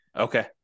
Okay